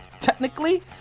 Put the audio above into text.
technically